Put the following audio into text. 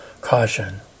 caution